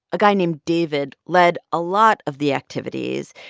a guy named david led a lot of the activities.